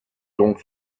donc